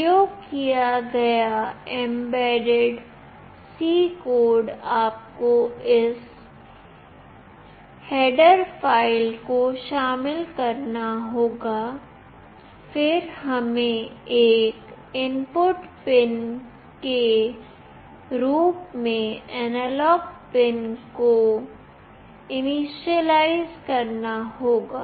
उपयोग किया गया एंबेडेड C कोड आपको इस हेडर फ़ाइल को शामिल करना होगा फिर हमें एक इनपुट पिन के रूप में एनालॉग पिन को इनिशियलाइज़ करना होगा